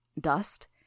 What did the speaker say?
Dust